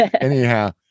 Anyhow